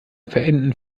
verenden